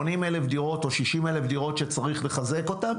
80,000 דירות או 60,000 דירות שצריך לחזק אותן,